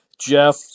Jeff